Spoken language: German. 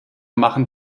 machen